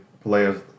players –